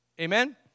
Amen